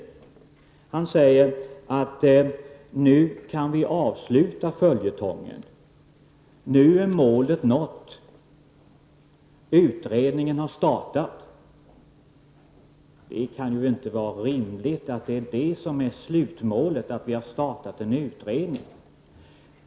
Stig Gustafsson säger att vi nu kan avsluta följetongen, att målet nu är nått eftersom utredningen har startat. Men det kan ju inte vara rimligt att slutmålet är att vi nu har startat en utredning.